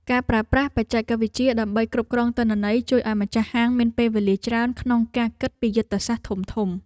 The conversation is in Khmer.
ការប្រើប្រាស់បច្ចេកវិទ្យាដើម្បីគ្រប់គ្រងទិន្នន័យជួយឱ្យម្ចាស់ហាងមានពេលវេលាច្រើនក្នុងការគិតពីយុទ្ធសាស្ត្រធំៗ។